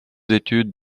études